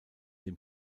dem